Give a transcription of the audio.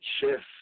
Shift